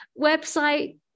Website